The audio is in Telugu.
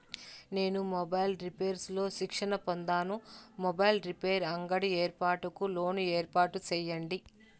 నేను మొబైల్స్ రిపైర్స్ లో శిక్షణ పొందాను, మొబైల్ రిపైర్స్ అంగడి ఏర్పాటుకు లోను ఏర్పాటు సేయండి?